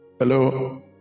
Hello